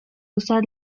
usar